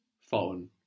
phone